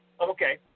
Okay